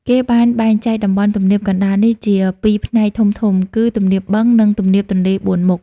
គេបានបែងចែកតំបន់ទំនាបកណ្ដាលនេះជាពីរផ្នែកធំៗ គឺ ទំនាបបឹង និង ទំនាបទន្លេបួនមុខ។